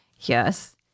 yes